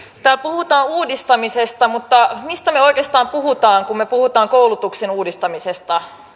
täällä puhutaan uudistamisesta mutta mistä me oikeastaan puhumme kun me puhumme koulutuksen uudistamisesta